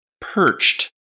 perched